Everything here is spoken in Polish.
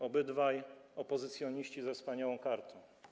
Obydwaj to opozycjoniści ze wspaniałą kartą.